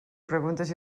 preguntes